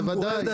ודאי.